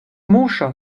muŝo